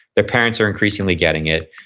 their parents are increasingly getting it,